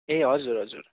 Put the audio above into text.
ए हजुर हजुर